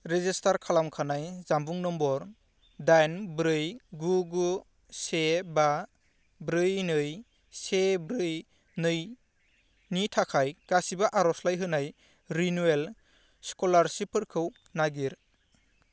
register खालामखानाय जानबुं number दाइन ब्रै गु गु से बा ब्रै नै से ब्रै नैनि थाखाय गासिबो आर'जलाइ होनाय रिनिउयेल स्कलारसिपफोरखौ नागिर